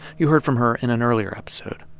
you heard from her in an earlier episode.